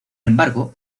embargo